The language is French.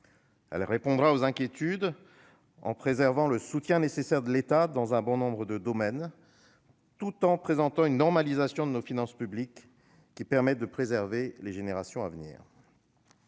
Elle répondra aux inquiétudes en préservant le soutien nécessaire de l'État dans bon nombre de domaines, tout en présentant une normalisation de nos finances publiques qui permette de préserver les générations à venir.